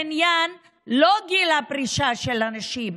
לא בעניין גיל הפרישה של הנשים,